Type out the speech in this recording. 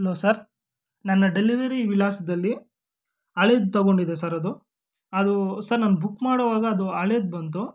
hello sir ನನ್ನ delivery ವಿಳಾಸದಲ್ಲಿ ಹಳೇದು ತೊಗೊಂಡಿದೆ ಸರ್ ಅದು ಅದು ಸರ್ ನಾನು ಬುಕ್ ಮಾಡುವಾಗ ಅದು ಹಳೇದು ಬಂತು